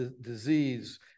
disease